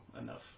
enough